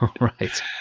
Right